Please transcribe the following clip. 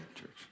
church